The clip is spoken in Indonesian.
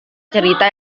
cerita